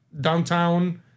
downtown